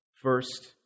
First